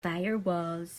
firewalls